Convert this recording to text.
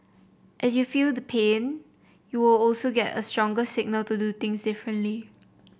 as you feel the pain you will also get a stronger signal to do things differently